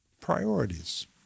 priorities